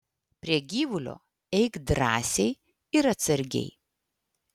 prie gyvulio eik drąsiai ir atsargiai